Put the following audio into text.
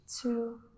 two